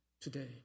today